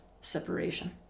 separation